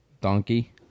donkey